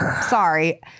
Sorry